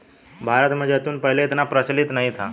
भारत में जैतून पहले इतना प्रचलित नहीं था